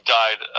died